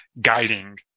guiding